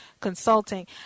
consulting